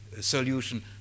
solution